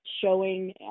showing